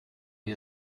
wie